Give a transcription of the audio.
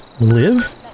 ...live